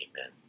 Amen